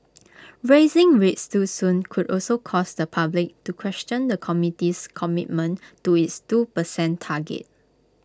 raising rates too soon could also cause the public to question the committee's commitment to its two percent target